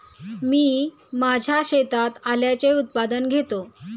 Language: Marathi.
मी माझ्या शेतात आल्याचे उत्पादन घेतो